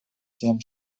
тем